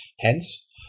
Hence